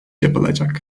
yapılacak